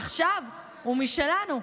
עכשיו הוא משלנו.